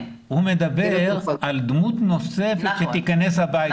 הוא מדבר על דמות נוספת שתיכנס הביתה.